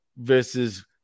versus